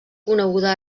coneguda